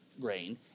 grain